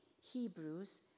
Hebrews